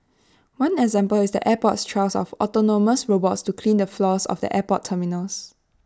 one example is the airport's trial of autonomous robots to clean the floors of the airport terminals